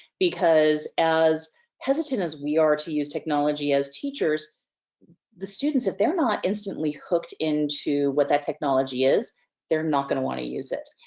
because as hesitant as we are to use technology as teachers the students, if they're not instantly hooked in to what that technology is they're not gonna want to use it.